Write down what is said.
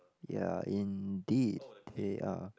ya indeed they are